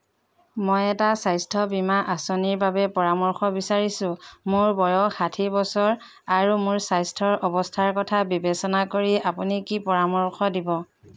মই এটা স্বাস্থ্য বীমা আঁচনিৰ বাবে পৰামৰ্শ বিচাৰিছোঁ মোৰ বয়স ষাঠি বছৰ আৰু মোৰ স্বাস্থ্যৰ অৱস্থাৰ কথা বিবেচনা কৰি আপুনি কি পৰামৰ্শ দিব